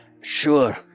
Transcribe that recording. Sure